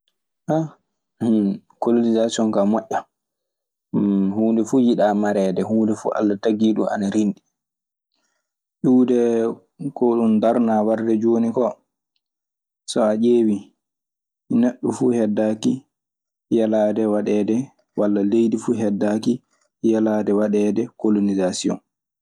Han humkolonisation ka moɗa, hum hunde fu yiɗa marede, hunde fu alla tagi ɗum ana rinɗi. Ƴiwde ko ɗun darnaa warde jooni koo. So a ƴeewii neɗɗo fuu heddaaki yelaade waɗeede. Walla leydi fuu heddaaki yelaade waɗeede kolnsisasion.